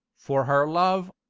for her love,